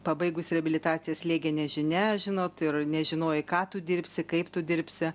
pabaigus reabilitaciją slėgė nežinia žinot ir nežinojai ką tu dirbsi kaip tu dirbsi